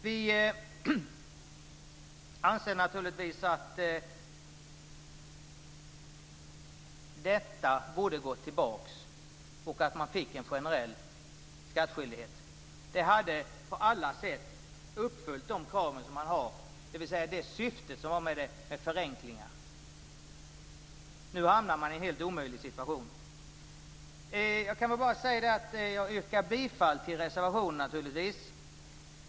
Vi anser naturligtvis att detta borde gå tillbaka och att man fick en generell skattskyldighet. Det hade på alla sätt uppfyllt de krav man har, dvs. det syfte som var med förenklingar. Nu hamnar man i en helt omöjlig situation. Jag yrkar bifall till reservationen.